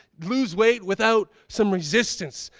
lose weight without some resistance.